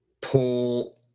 pull